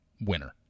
winner